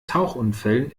tauchunfällen